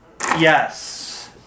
Yes